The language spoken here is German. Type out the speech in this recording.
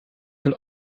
will